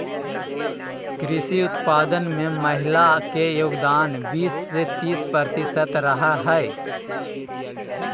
कृषि उत्पादन में महिला के योगदान बीस से तीस प्रतिशत रहा हइ